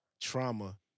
trauma